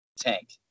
Tank